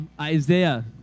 Isaiah